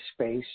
space